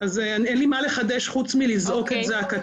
אז אין לי מה לחדש, חוץ מלזעוק את זעקתם,